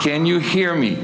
can you hear me